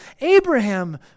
Abraham